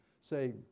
say